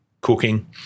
cooking